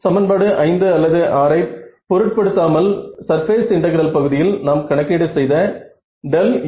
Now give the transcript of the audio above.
சமன்பாடு 5 அல்லது 6 ஐ பொருட் படுத்தாமல் சர்பேஸ் இன்டெகிரல் பகுதியில் நாம் கணக்கீடு செய்த Ez